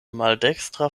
maldekstra